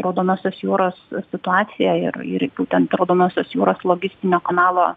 raudonosios jūros situacija ir ir į būtent raudonosios jūros logistinio kanalo